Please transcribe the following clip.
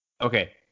Okay